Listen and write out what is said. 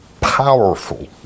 powerful